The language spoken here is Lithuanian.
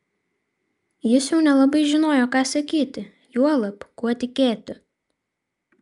jis jau nelabai žinojo ką sakyti juolab kuo tikėti